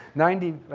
ninety,